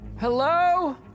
Hello